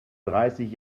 dreißig